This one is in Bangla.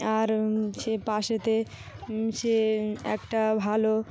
আর সে পাশেতে সে একটা ভালো